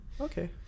Okay